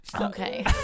Okay